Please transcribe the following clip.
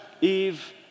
Eve